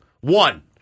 One